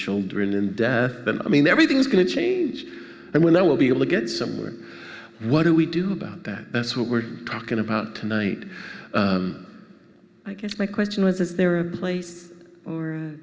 children in death but i mean everything is going to change and when that will be able to get somewhere what do we do about that that's what we're talking about tonight i guess my question was is there a pla